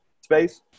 space